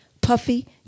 puffy